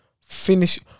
Finish